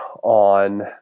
on